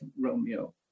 Romeo